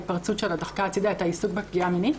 ההתפרצות שלה דחקה הצדה את העיסוק בפגיעה המינית.